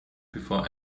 before